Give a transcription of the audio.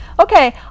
Okay